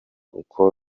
uwo